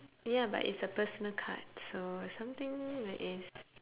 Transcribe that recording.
ya but it's a personal card so something that is